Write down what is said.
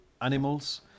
animals